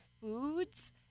foods